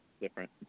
different